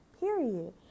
period